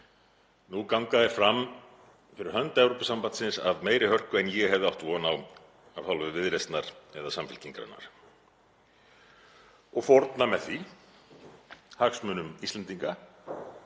Nú ganga þeir fram fyrir hönd Evrópusambandsins af meiri hörku en ég hefði átt von á af hálfu Viðreisnar eða Samfylkingarinnar og fórna með því hagsmunum Íslendinga